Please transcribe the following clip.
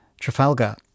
Trafalgar